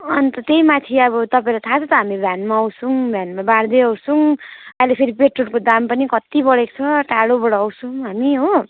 अनि त त्यहीमाथि अब तपाईँलाई थाहा छ त हामी भ्यानमा आउँछौँ भ्यानमा बाँड्दै आउँछौँ अहिले फेरि पेट्रोलको दाम पनि कति बढेको छ टाढाबाट आउँछौँ हामी हो